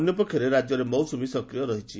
ଅନ୍ୟ ପକ୍ଷରେ ରାଜ୍ୟରେ ମୌସୁମୀ ସକ୍ରିୟ ରହିଛି